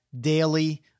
daily